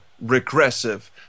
regressive